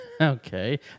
Okay